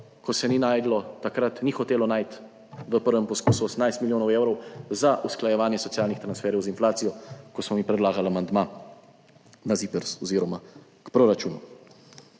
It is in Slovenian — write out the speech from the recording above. ko se ni našlo, takrat ni hotelo najti v prvem poskusu 18 milijonov evrov za usklajevanje socialnih transferjev z inflacijo. Ko smo mi predlagali amandma na ZIPRS 20.